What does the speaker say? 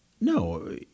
no